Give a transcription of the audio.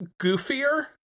goofier